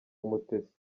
w’umutesi